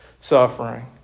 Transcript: suffering